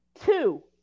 two